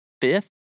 fifth